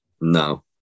No